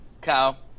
Kyle